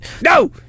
no